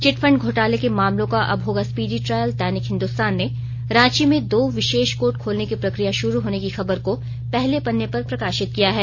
chit fund घोटाले के मामलों का अब होगा स्पीडी ट्रायल दैनिक हिन्दुस्तान ने रांची में दो विशेष कोर्ट खोलने की प्रक्रिया शुरू होने की खबर को पहले पन्ने पर प्रकाशित किया है